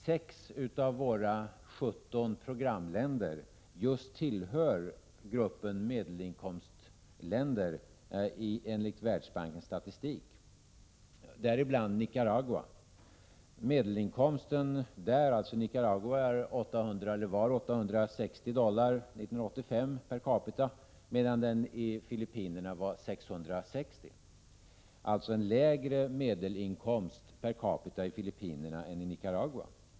6 av våra 17 programländer tillhör för övrigt just gruppen medelinkomstländer enligt Världsbankens statistik. Till dem hör Nicaragua. Medelinkomsten i Nicaragua var 860 dollar per capita år 1985, medan den i Filippinerna var 660 dollar per capita. Man har alltså en lägre medelinkomst per capita i Filippinerna än i Nicaragua.